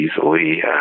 easily